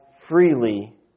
freely